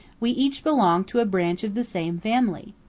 we each belong to a branch of the same family.